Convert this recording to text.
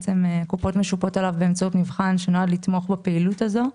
הקופות משופות עליו באמצעות מבחן שנועד לתמוך בפעילות הזו.